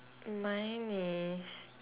mine is